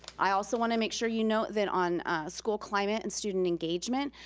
i also wanna make sure you note that on school climate and student engagement,